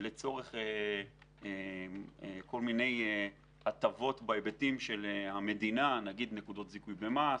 לצורך כל מיני הטבות בהיבטים של המדינה כגון נקודות זיכוי במס,